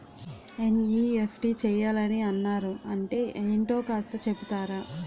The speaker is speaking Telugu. ఎన్.ఈ.ఎఫ్.టి చేయాలని అన్నారు అంటే ఏంటో కాస్త చెపుతారా?